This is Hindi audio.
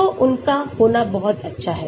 तो उनका होना बहुत अच्छा है